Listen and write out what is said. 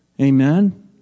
Amen